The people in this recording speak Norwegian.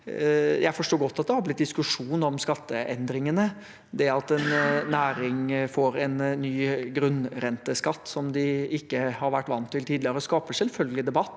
Jeg forstår godt at det har blitt diskusjon om skatteendringene. Det at en næring får en ny grunnrenteskatt som de ikke har vært vant til tidligere, skaper selvfølgelig debatt.